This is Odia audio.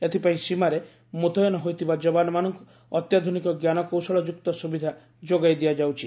ଏଥିପାଇଁ ସୀମାରେ ମୁତ୍ୟନ ହୋଇଥିବା ଯବାନମାନଙ୍କୁ ଅତ୍ୟାଧୁନିକ ଜ୍ଞାନକୌଶଳଯୁକ୍ତ ସୁବିଧା ଯୋଗାଇ ଦିଆଯାଉଛି